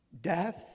death